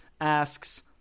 asks